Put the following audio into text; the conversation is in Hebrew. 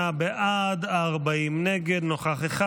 בעד, 58, נגד, 40, נוכח אחד.